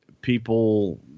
people